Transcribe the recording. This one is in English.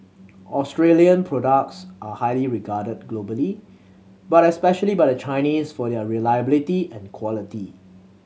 Australian products are highly regarded globally but especially by the Chinese for their reliability and quality